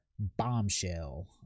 bombshell